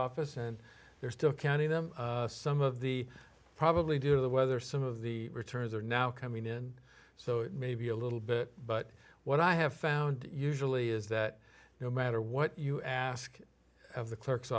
office and they're still counting them some of the probably due to the weather some of the returns are now coming in so it may be a little bit but what i have found usually is that no matter what you ask of the clerk